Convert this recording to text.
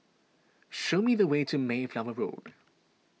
show me the way to Mayflower Road